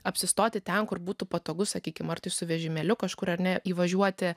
apsistoti ten kur būtų patogu sakykim ar tai su vežimėliu kažkur ar ne įvažiuoti